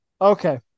okay